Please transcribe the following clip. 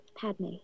Padme